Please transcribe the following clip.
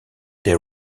des